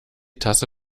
tasse